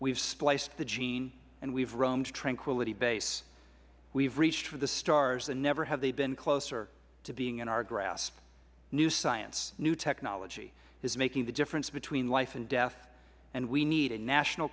have spliced the gene and roamed tranquility base we have reached for the stars and never have they been closer to being in our grasp new science new technology is making the difference between life and death and we need a national